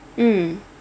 mm